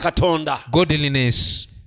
godliness